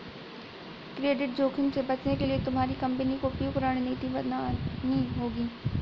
credit जोखिम से बचने के लिए तुम्हारी कंपनी को उपयुक्त रणनीति बनानी होगी